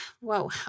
whoa